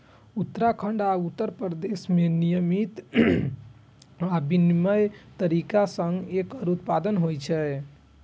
उत्तराखंड आ उत्तर प्रदेश मे नियंत्रित आ विनियमित तरीका सं एकर उत्पादन होइ छै